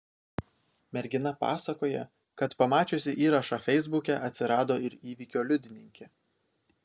mergina pasakoja kad pamačiusi įrašą feisbuke atsirado ir įvykio liudininkė